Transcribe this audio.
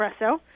espresso